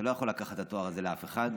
אתה לא יכול לקחת התואר הזה לאף אחד.